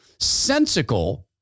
Sensical